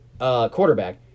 quarterback